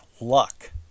luck